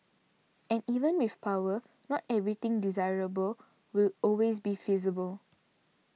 and even with power not everything desirable will always be feasible